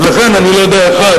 לכן אני לא יודע איך את.